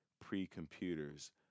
pre-computers